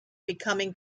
becoming